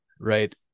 right